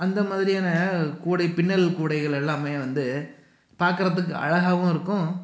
அந்த மாதிரியானா கூடை பின்னல் கூடைகள் எல்லாமே வந்து பார்க்கறதுக்கு அழகாகவும் இருக்கும்